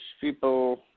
People